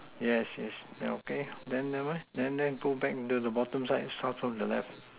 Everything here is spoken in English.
yes yes then okay then never mind then then go back the bottom of the side then starts on the left